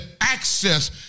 access